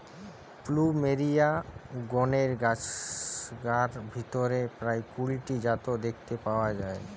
plumeria গণের গাছগার ভিতরে প্রায় কুড়ি টি জাত দেখতে পাওয়া যায়